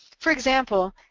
for example,